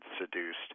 seduced